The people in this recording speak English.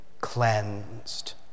cleansed